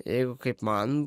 jeigu kaip man